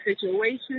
situation